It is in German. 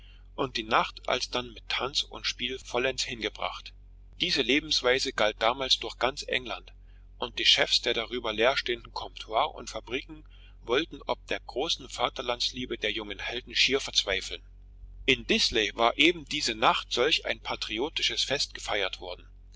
und die nacht alsdann mit tanz und spiel vollends hingebracht diese lebensweise galt damals durch ganz england und die chefs der darüber leerstehenden comptoires und fabriken wollten ob der großen vaterlandsliebe der jungen helden schier verzweifeln in disley war eben diese nacht solch ein patriotisches fest gefeiert worden